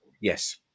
Yes